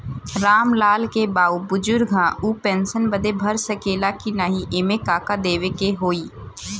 राम लाल के बाऊ बुजुर्ग ह ऊ पेंशन बदे भर सके ले की नाही एमे का का देवे के होई?